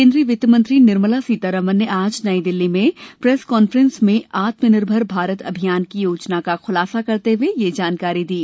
केंद्रीय वित्त मंत्री निर्मला सीतारमण ने आज नईदिल्ली में प्रेस कॉन्फ्रेंस में आत्मनिर्भर भारत अभियान की योजना का खुलासा करते हुए यह जानकारी दी